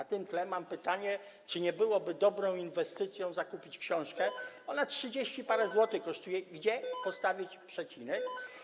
W związku z tym mam pytanie, czy nie byłoby dobrą inwestycją zakupić książkę, ona trzydzieści parę złotych kosztuje, „Gdzie postawić przecinek?